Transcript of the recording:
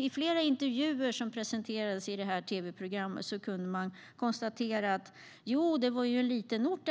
I flera intervjuer som presenterades i tv-programmet konstaterade de att det var en liten ort